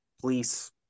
police